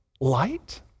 light